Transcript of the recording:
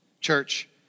church